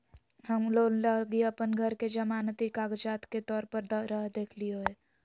हम लोन लगी अप्पन घर के जमानती कागजात के तौर पर रख देलिओ हें